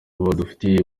badufitiye